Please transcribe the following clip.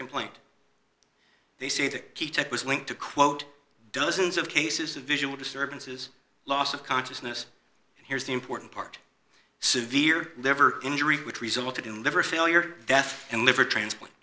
complaint they say the key test was linked to quote dozens of cases of visual disturbances loss of consciousness and here's the important part severe liver injury which resulted in liver failure death and liver transplant